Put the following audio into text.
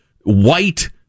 white